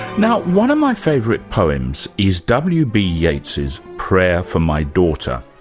now one of my favourite poems is w. b. yeats's prayer for my daughter.